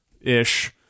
ish